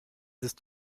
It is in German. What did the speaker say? ist